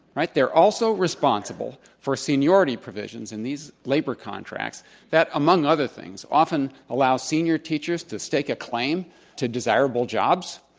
they're also responsible for seniority provisions in these labor contracts that among other things often allow senior teachers to stake a claim to desirable jobs,